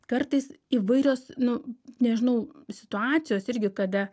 kartais įvairios nu nežinau situacijos irgi kada